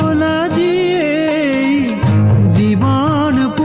ah la da da da